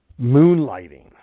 Moonlighting